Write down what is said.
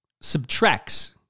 subtracts